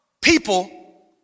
People